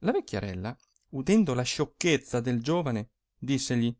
la vecchiarella udendo la sciocchezza del giovine dissegli